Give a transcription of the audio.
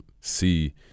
see